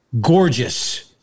gorgeous